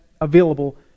available